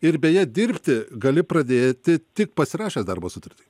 ir beje dirbti gali pradėti tik pasirašęs darbo sutartį